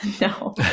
No